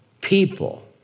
people